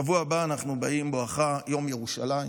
בשבוע הבא אנחנו באים בואכה יום ירושלים,